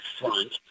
front